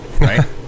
Right